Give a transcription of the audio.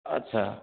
ଆଚ୍ଛା